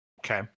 Okay